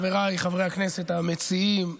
חבריי חברי הכנסת המציעים,